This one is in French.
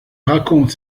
raconte